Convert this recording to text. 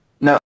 No